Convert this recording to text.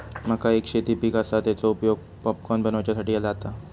मका एक शेती पीक आसा, तेचो उपयोग पॉपकॉर्न बनवच्यासाठी जाता